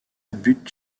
bute